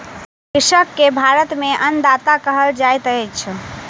कृषक के भारत में अन्नदाता कहल जाइत अछि